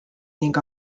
ning